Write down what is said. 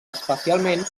especialment